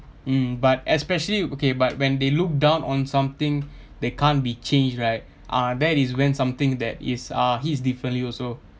mm but especially okay but when they look down on something that can't be changed right ah that is when something that is uh hits differently also